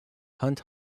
hunt